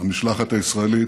המשלחת הישראלית,